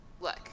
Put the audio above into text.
look